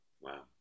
Wow